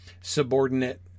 subordinate